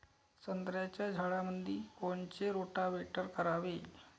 संत्र्याच्या झाडामंदी कोनचे रोटावेटर करावे?